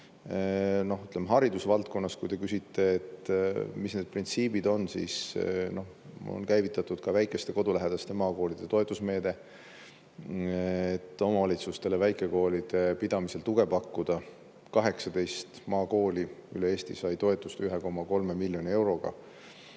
ütleme, haridusvaldkonnas, kui te küsite, et mis need printsiibid on, siis on käivitatud ka väikeste, kodulähedaste maakoolide toetusmeede, et omavalitsustele väikekoolide pidamisel tuge pakkuda. 18 maakooli üle Eesti sai 1,3 miljonit eurot